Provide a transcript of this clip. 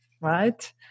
right